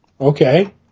Okay